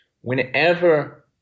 whenever